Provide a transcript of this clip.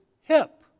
hip